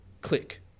click